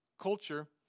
culture